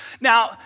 Now